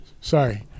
Sorry